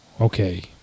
Okay